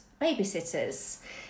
babysitters